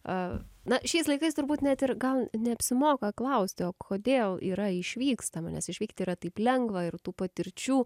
a na šiais laikais turbūt net ir gal neapsimoka klaustio kodėl yra išvykstama nes išvykti yra taip lengva ir tų patirčių